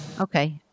Okay